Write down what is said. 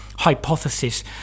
hypothesis